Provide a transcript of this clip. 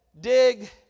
Dig